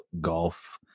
golf